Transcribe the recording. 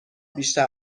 بیشتر